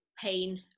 pain